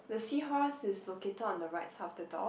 the seahorse is located on the right side of the door